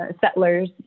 settlers